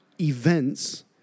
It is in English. events